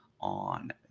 on